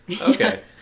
Okay